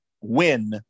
win